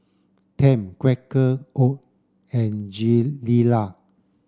Tempt Quaker Oat and Gilera